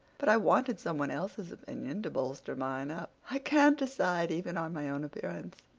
but i wanted some one else's opinion to bolster mine up. i can't decide even on my own appearance.